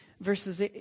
verses